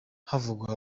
havugwa